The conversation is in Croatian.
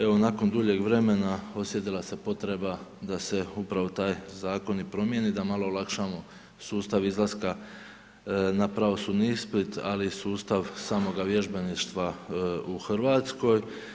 Evo nakon duljeg vremena osjetila se potreba da se upravo taj zakon i promijeni, da malo olakšamo sustavu izlaska na pravosudni ispit ali i sustav samoga vježbeništva u Hrvatskoj.